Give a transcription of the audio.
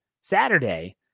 Saturday